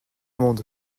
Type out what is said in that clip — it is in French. monde